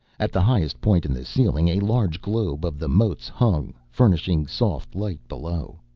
at the highest point in the ceiling a large globe of the motes hung, furnishing soft light below.